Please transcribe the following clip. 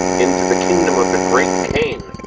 into the kingdom of the great cain,